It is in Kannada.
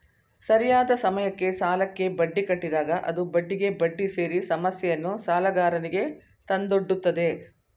ಸರಿಯಾದ ಸಮಯಕ್ಕೆ ಸಾಲಕ್ಕೆ ಬಡ್ಡಿ ಕಟ್ಟಿದಾಗ ಅದು ಬಡ್ಡಿಗೆ ಬಡ್ಡಿ ಸೇರಿ ಸಮಸ್ಯೆಯನ್ನು ಸಾಲಗಾರನಿಗೆ ತಂದೊಡ್ಡುತ್ತದೆ